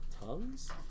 tongues